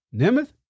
Nemeth